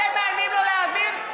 אתם מאיימים לא להעביר?